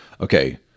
Okay